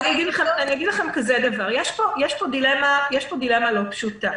אגיד לכם דבר כזה: יש פה דילמה לא פשוטה,